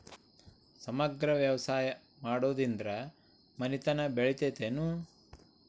ಸಮಗ್ರ ವ್ಯವಸಾಯ ಮಾಡುದ್ರಿಂದ ಮನಿತನ ಬೇಳಿತೈತೇನು?